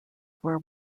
were